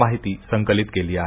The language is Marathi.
माहिती संकलित केली आहे